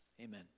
Amen